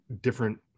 different